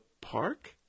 park